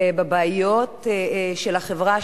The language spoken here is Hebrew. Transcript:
בבעיות של החברה שלנו,